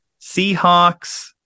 seahawks